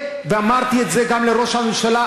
ואמרתי את זה גם לראש הממשלה,